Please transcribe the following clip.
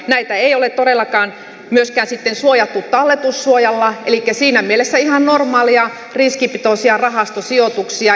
näitä ei ole todellakaan myöskään suojattu talletussuojalla elikkä ne ovat siinä mielessä ihan normaaleja riskipitoisia rahastosijoituksia